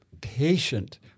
patient